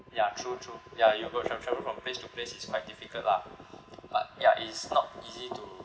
ya true true ya you gotta trav~ travel from place to place is quite difficult lah but ya it is not easy to